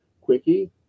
quickie